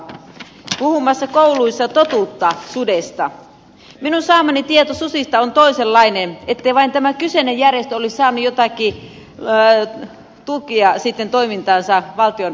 junassa kouluissa totuuttaan sudesta minun saamani tieto siitä on toisenlainen piti vain tämä kyseinen järjestö oli sami ja kaikki näet tutkia sitten toimintansa valtion